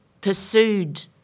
pursued